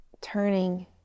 turning